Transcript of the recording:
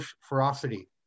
ferocity